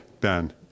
Ben